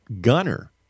gunner